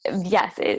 Yes